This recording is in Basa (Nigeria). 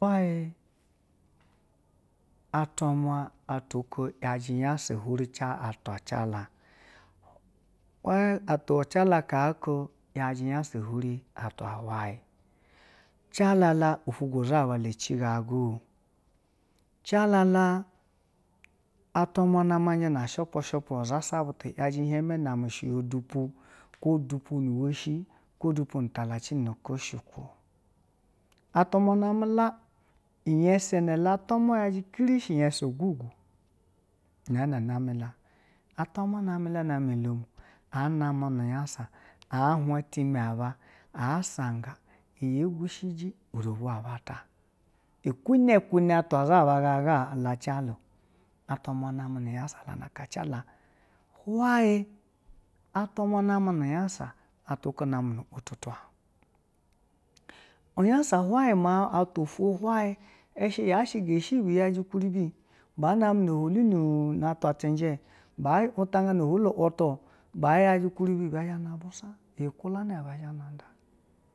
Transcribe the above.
Hwayi atwamwo atwa oko yaji nyansa huri atwa jala, atwa jala atwa jala atwa oko yaji nyansa huri atwa hiwayi, jalala ufwogo zha ba la ɛci ganaga o, jalala atwa nama ushi pwo ushipwa zha sha butu yaji ihwe me nu shiuya dupu kwo dupu nu woshi kwo shiuya dupu ni talace na kwo shi kwa atwa mwa nami la iyense na la kiri atwa mwa yaji la shi iyense ugu gu ina na name la, atwa mwo la na meolom a name nu iyense a hwan itime aba a sanga iyi ɛ gushiji uro vwo aba ta kuna kuna atwa za ba gaga la ja la atwamwo nami la nu iyensa jala, hweye atwa mwo name nu iyansa atwa ko name nu wotutwa iyansa hwiye maiun atwa ufwo hwayi ya sa ga shibi ya ji ukuribi ba name no ihwolu ukuribi ba name no ihwolu atwa wutu, wutu ba zha na busan kulana.